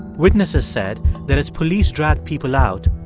witnesses said that as police dragged people out,